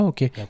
Okay